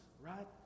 right